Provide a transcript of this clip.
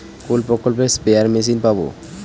কোন প্রকল্পে spare machine পাব?